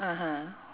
(uh huh)